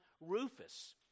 Rufus